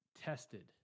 tested